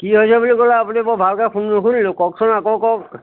কি হৈছে বুলি ক'লে আপুনি বৰ ভালকৈ শুন নুশুনিলোঁ কওকচোন আকৌ কওক